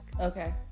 Okay